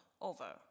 over